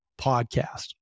podcast